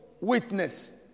witness